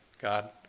God